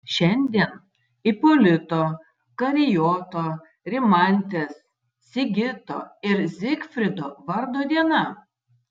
šiandien ipolito karijoto rimantės sigito ir zygfrido vardo diena